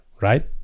right